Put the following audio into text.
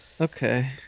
Okay